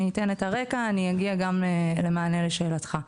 אני אתן את הרקע וגם אגיע למענה לשאלתך.